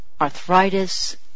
arthritis